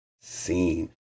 seen